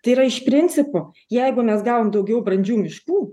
tai yra iš principo jeigu mes gavom daugiau brandžių miškų